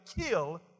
kill